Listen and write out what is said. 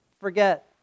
forget